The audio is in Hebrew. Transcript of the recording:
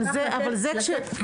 ובכך לתת ביטוי לסוגיית האחריות.